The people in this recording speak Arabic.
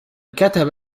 كتب